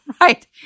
right